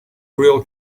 real